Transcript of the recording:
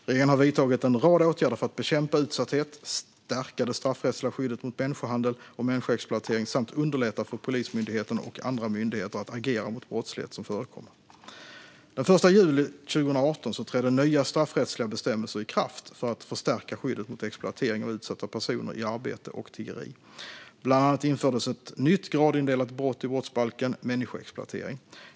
Regeringen har vidtagit en rad åtgärder för att bekämpa utsatthet, stärka det straffrättsliga skyddet mot människohandel och människoexploatering samt underlätta för Polismyndigheten och andra myndigheter att agera mot brottslighet som förekommer. Den 1 juli 2018 trädde nya straffrättsliga bestämmelser i kraft för att förstärka skyddet mot exploatering av utsatta personer i arbete och tiggeri. Bland annat infördes ett nytt gradindelat brott i brottsbalken, människoexploatering.